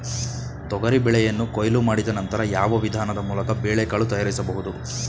ತೊಗರಿ ಬೇಳೆಯನ್ನು ಕೊಯ್ಲು ಮಾಡಿದ ನಂತರ ಯಾವ ವಿಧಾನದ ಮೂಲಕ ಬೇಳೆಕಾಳು ತಯಾರಿಸಬಹುದು?